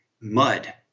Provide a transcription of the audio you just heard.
mud